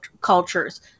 cultures